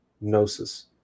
gnosis